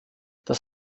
dies